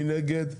מי נגד?